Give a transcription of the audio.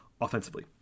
offensively